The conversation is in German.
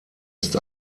ist